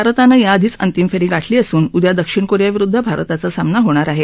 भारतानं याआधीच अंतिम फेरी गाठली असून उद्या दक्षिण कोरिया विरुद्ध भारताचा सामना होणार आहे